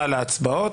על ההצבעות,